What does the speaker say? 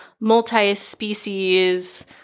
multi-species